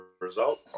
result